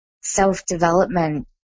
self-development